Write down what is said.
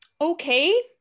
okay